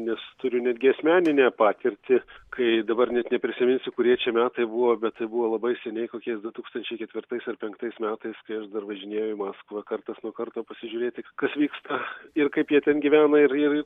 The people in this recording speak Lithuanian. nes turiu netgi asmeninę patirtį kai dabar net neprisiminsiu kurie čia metai buvo bet tai buvo labai seniai kokiais du tūkstančiai ketvirtais ar penktais metais kai aš dar važinėjau į maskvą kartas nuo karto pasižiūrėti kas vyksta ir kaip jie ten gyvena ir ir